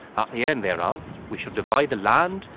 the end, thereof, we shall divide the land,